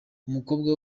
umukobwa